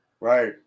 Right